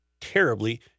terribly